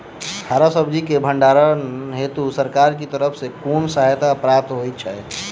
हरा सब्जी केँ भण्डारण हेतु सरकार की तरफ सँ कुन सहायता प्राप्त होइ छै?